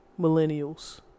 millennials